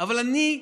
אבל אני,